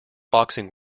boxing